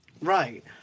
Right